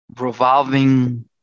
revolving